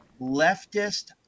leftist